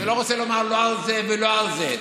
אני לא רוצה לומר לא על זה ולא על זה.